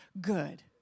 good